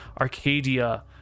Arcadia